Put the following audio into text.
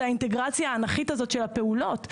זה האינטגרציה האנכית הזאת של הפעולות.